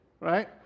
right